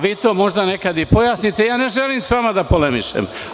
Vi to nekada možda i pojasnite, ja ne želim sa vama da polemišem.